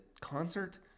concert